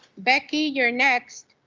becky, you're next.